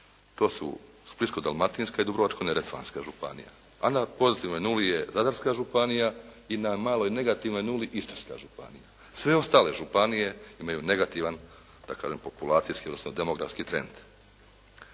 To su Splitsko-dalmatinska i Dubrovačko-neretvanska županija, a na pozitivnoj nuli je Zadarska županija i na maloj negativnoj nuli Istarska županija. Sve ostale županije imaju negativan da kažem populacijski odnosno demografski trend.